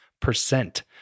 percent